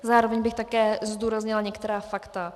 Zároveň bych také zdůraznila některá fakta.